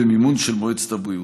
במימון מועצת הבריאות.